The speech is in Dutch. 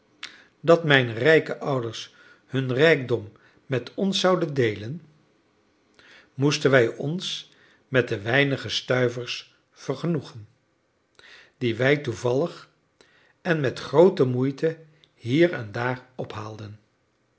dat mijne rijke ouders hun rijkdom met ons zouden deelen moesten wij ons met de weinige stuivers vergenoegen die wij toevallig en met groote moeite hier en daar ophaalden